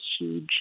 huge